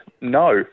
no